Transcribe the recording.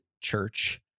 church